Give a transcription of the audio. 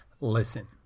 listen